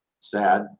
Sad